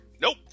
Nope